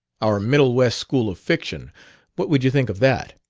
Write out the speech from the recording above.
our middle-west school of fiction what would you think of that?